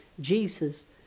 Jesus